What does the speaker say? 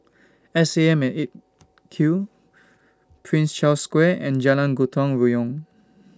S A M At eight Q Prince Charles Square and Jalan Gotong Royong